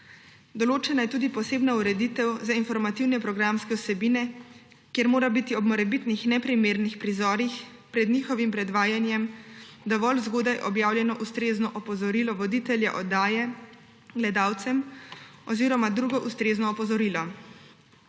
Določena je tudi posebna ureditev za informativne programske vsebine, kjer mora biti ob morebitnih neprimernih prizorih pred njihovim predvajanjem dovolj zgodaj objavljeno ustrezno opozorilo voditelja oddaje gledalcem oziroma drugo ustrezno opozorilo.